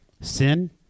sin